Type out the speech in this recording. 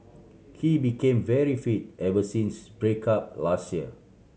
he became very fit ever since break up last year